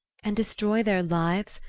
and destroy their lives,